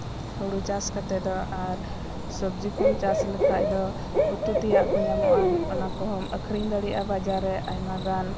ᱦᱩᱲᱩ ᱪᱟᱥ ᱠᱟᱛᱮ ᱫᱚ ᱟᱨ ᱥᱚᱵᱡᱤ ᱠᱚᱢ ᱪᱟᱥ ᱞᱮᱠᱷᱟᱱ ᱫᱚ ᱩᱛᱩ ᱛᱮᱭᱟᱜ ᱠᱚ ᱧᱟᱢᱚᱜᱼᱟ ᱚᱱᱟ ᱠᱚᱦᱚᱸᱢ ᱟᱹᱠᱷᱨᱤᱧ ᱫᱟᱲᱮᱭᱟᱜᱼᱟ ᱵᱟᱡᱟᱨ ᱨᱮ ᱟᱭᱢᱟᱜᱟᱱ